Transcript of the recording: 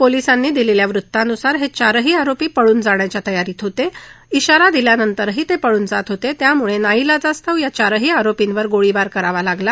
पोलिसांनी दिलेल्या वृत्तानुसार हे चारही आरोपी पळून जाण्याच्या तयारीत होते त्यांना श्राारा दिल्यानंतरही ते पळून जात होते त्यामुळे नाईलाजास्तव या चारही आरोपींवर गोळीबार करावा लागला